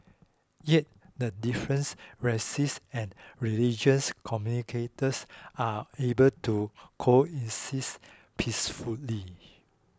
yet the difference racies and religious communities are able to coexists peacefully